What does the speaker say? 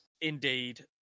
Indeed